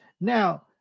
Now